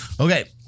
Okay